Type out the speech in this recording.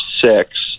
six